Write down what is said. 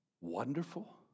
wonderful